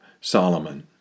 Solomon